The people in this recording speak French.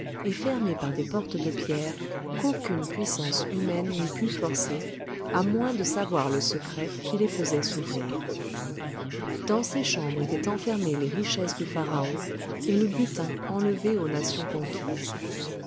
et fermée par des portes de pierre qu'aucune puissance humaine n'eût pu forcer à moins de savoir le secret qui les faisait s'ouvrir dans ces chambres étaient enfermés les richesses du pharaon et le butin enlevé aux nations conquises